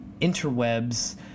interwebs